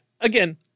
Again